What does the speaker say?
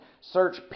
search